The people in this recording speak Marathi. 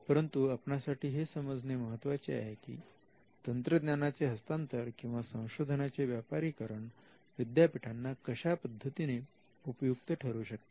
परंतु आपणासाठी हे समजणे महत्त्वाचे आहे की तंत्रज्ञानाचे हस्तांतर किंवा संशोधनाचे व्यापारीकरण विद्यापीठांना कशा पद्धतीने उपयुक्त ठरू शकते